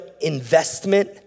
investment